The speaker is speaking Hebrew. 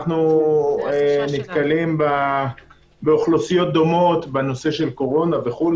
אנחנו נתקלים באוכלוסיות דומות בנושא של קורונה וכו',